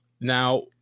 now